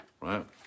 right